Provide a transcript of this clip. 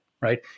Right